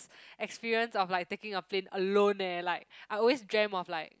experience of like taking a plane alone eh like I always dreamt of like